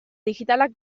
digitalak